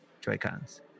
Joy-Cons